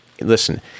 listen